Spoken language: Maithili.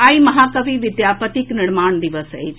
आई महाकवि विद्यापतिक निर्माण दिवस अछि